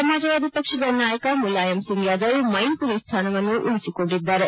ಸಮಾಜವಾದಿ ಪಕ್ಷದ ನಾಯಕ ಮುಲಾಯಮ್ಸಿಂಗ್ ಯಾದವ್ ಮೈನ್ಮರಿ ಸ್ಥಾನವನ್ನು ಉಳಿಸಿಕೊಂಡಿದ್ದಾರೆ